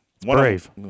Brave